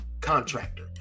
contractor